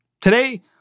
Today